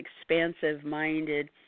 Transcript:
expansive-minded